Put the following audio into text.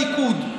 הליכוד.